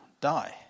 die